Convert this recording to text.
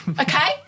Okay